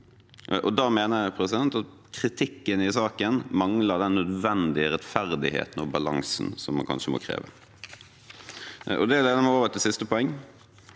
Da mener jeg at kritikken i saken mangler den nødvendige rettferdigheten og balansen som man kanskje må kreve. Det leder meg over til siste poeng.